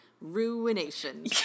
Ruination